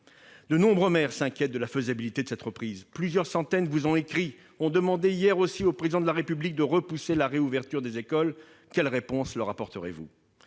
De nombreux maires s'inquiètent de la faisabilité de cette reprise. Plusieurs centaines d'entre eux vous ont écrit et ont demandé au Président de la République, hier, de repousser la réouverture des écoles. Quelle réponse leur apporterez-vous ?